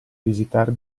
visitare